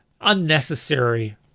unnecessary